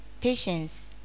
patience